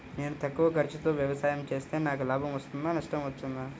నేను తక్కువ ఖర్చుతో వ్యవసాయం చేస్తే నాకు లాభం వస్తుందా నష్టం వస్తుందా?